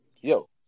yo